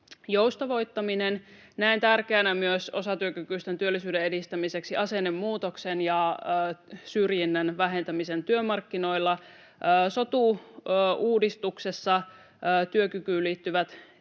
joustavoittaminen. Näen osatyökykyisten työllisyyden edistämiseksi tärkeänä myös asennemuutoksen ja syrjinnän vähentämisen työmarkkinoilla. Sotu-uudistuksessa myös työkykyyn liittyvät